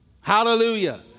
Hallelujah